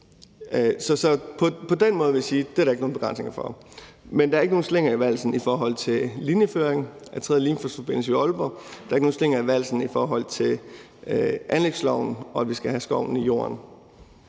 Så på den måde vil jeg sige, at der ikke er nogen begrænsninger der. Men der er ikke nogen slinger i valsen i forhold til linjeføring af den tredje Limfjordsforbindelse ved Aalborg, og der er ikke nogen slinger i valsen i forhold til anlægsloven, og i forhold til at vi skal have skovlen i jorden.